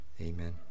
Amen